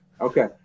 Okay